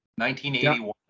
1981